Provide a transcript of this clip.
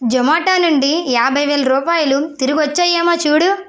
జొమాటో నుండి యాభైవేల రూపాయలు తిరిగివచ్చాయేమో చూడు